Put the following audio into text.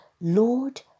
Lord